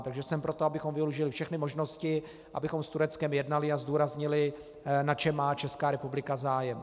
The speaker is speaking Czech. Takže jsem pro to, abychom využili všechny možnosti, abychom s Tureckem jednali a zdůraznili, na čem má Česká republika zájem.